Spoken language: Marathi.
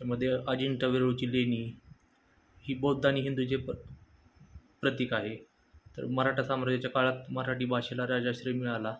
त्यामध्ये अजिंठा वेरूळची लेणी ही बौद्ध आणि हिंदूचे प्र प्रतीक आहे तर मराठा साम्राज्याच्या काळात मराठी भाषेला राजाश्रय मिळाला